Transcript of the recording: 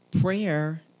Prayer